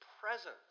presence